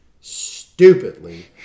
stupidly